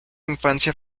infancia